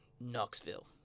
Knoxville